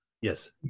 yes